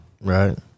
Right